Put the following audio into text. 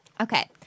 Okay